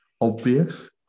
obvious